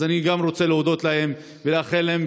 אז אני רוצה להודות גם להם ולאחל להם